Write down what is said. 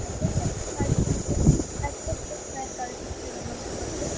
اَچھا اَتہِ اَتہِ کۄس کۄس اَتہِ کۄس کۄس فیسَلٹی چھُ یِمَن خٲطرٕ